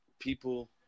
people